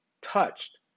touched